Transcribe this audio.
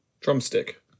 drumstick